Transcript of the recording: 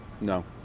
No